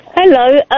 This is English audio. Hello